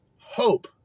Hope